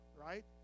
right